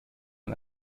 ein